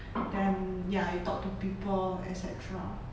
then ya you talk to people et cetera